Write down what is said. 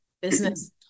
business